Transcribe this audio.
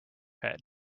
head